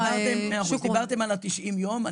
דיברתם על ה-90 יום.